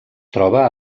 troba